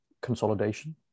consolidation